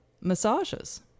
massages